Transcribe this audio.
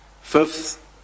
Fifth